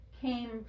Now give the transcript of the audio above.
came